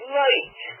light